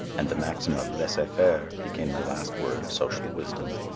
and the maxim of laissez faire became the last word of social wisdom.